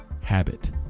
habit